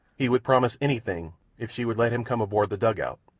he would promise anything if she would let him come aboard the dugout,